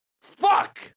fuck